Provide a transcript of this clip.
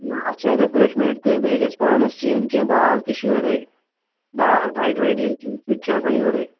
نہَ اَتھ چھا رِیفریشمٮ۪نٛٹ تہِ بیٚیہِ گژھِ پانَس تہِ یُن کیٚنٛہہ بال تہِ چھِ یورَے بال بایٹ وَایٹ یا کیٚنٛہہ سُہ تہِ چھُ آسان یورَے